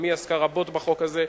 גם היא עסקה רבות בחוק הזה,